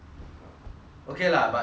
okay lah but 讲真正的